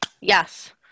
yes